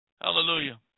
Hallelujah